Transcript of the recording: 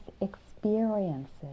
experiences